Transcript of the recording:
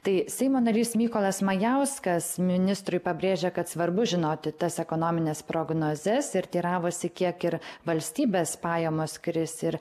tai seimo narys mykolas majauskas ministrui pabrėžė kad svarbu žinoti tas ekonomines prognozes ir teiravosi kiek ir valstybės pajamos kris ir